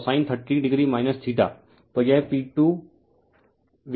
इसी तरह P2VL√cosine 30o